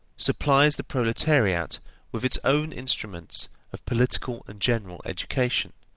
supplies the proletariat with its own instruments of political and general education,